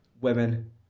women